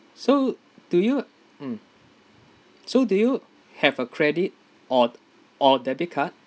so do you mm so do you have a credit or or debit card